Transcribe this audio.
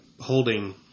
holding